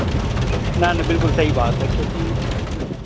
ना ना बिल्कुल सही बात है क्योंकि